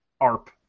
ARP